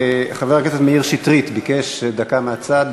חבר הכנסת מאיר שטרית ביקש דקה מהצד.